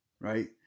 right